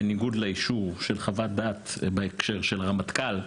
בניגוד לאישור של חוות דעת בהקשר של רמטכ"ל,